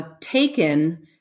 taken